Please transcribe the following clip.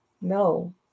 no